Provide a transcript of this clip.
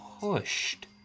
pushed